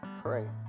pray